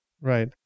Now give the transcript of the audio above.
Right